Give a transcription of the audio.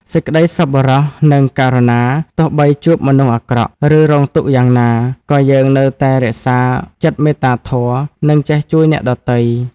សេចក្តីសប្បុរស និងករុណា ទោះបីជួបមនុស្សអាក្រក់ ឬរងទុក្ខយ៉ាងណា ក៏យើងនៅតែរក្សាចិត្តមេត្តាធម៌ និងចេះជួយអ្នកដទៃ។